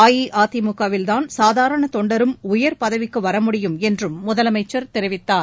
அஇஅதிமுகவில்தான் சாதாரண தொண்டரும் உயர் பதவிக்கு வர முடியும் என்றும் முதலமைச்சர் தெரிவித்தார்